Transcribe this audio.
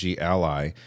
Ally